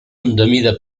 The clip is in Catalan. mida